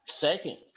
second